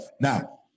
Now